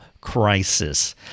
Crisis